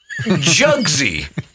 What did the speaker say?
Jugsy